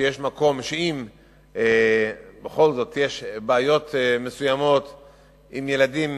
שיש מקום שאם יש בכל זאת בעיות מסוימות עם ילדים